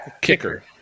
Kicker